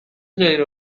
غیر